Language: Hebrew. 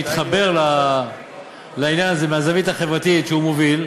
שהתחבר לעניין הזה מהזווית החברתית שהוא מוביל,